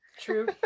True